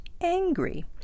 angry